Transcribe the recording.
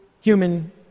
human